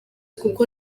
kuko